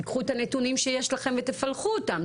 תיקחו את הנתונים שיש לכם ותפלחו אותם.